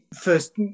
first